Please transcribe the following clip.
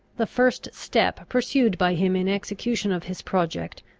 the first step pursued by him in execution of his project,